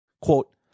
Quote